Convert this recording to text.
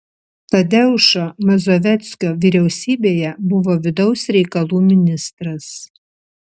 tadeušo mazoveckio vyriausybėje buvo vidaus reikalų ministras